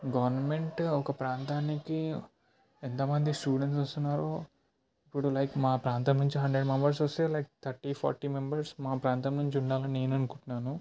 government ఒక ప్రాంతానికి ఎంతమంది స్టూడెంట్స్ వస్తున్నారో ఇప్పుడు లైక్ మా ప్రాంతం నుంచి హండ్రడ్ మెంబెర్స్ వస్తే లైక్ థర్టీ ఫార్టీ మెంబర్స్ మా ప్రాంతం నుంచి ఉండాలని నేను అనుకుంటున్నాను